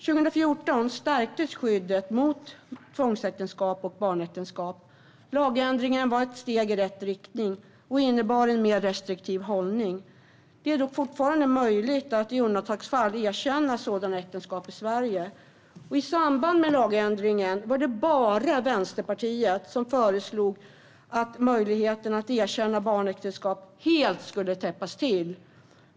År 2014 stärktes skyddet mot tvångsäktenskap och barnäktenskap. Lagändringen var ett steg i rätt riktning och innebar en mer restriktiv hållning. Det är dock fortfarande möjligt att i undantagsfall erkänna sådana äktenskap i Sverige, och i samband med lagändringen var det bara Vänsterpartiet som föreslog att möjligheten att erkänna barnäktenskap helt skulle täppas till.